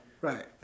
Right